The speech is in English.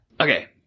Okay